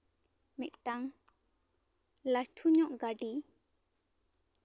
ᱢᱤᱫᱴᱟᱝ ᱞᱟᱹᱴᱷᱩ ᱧᱚᱜ ᱜᱟᱹᱰᱤ